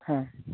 হ্যাঁ